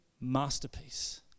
masterpiece